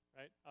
right